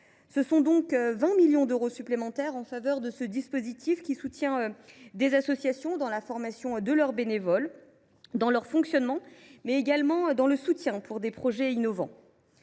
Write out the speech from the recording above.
d’euros, soit 20 millions d’euros supplémentaires en faveur d’un dispositif qui soutient les associations dans la formation de leurs bénévoles, dans leur fonctionnement, mais également dans leurs projets innovants.